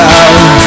out